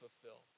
fulfill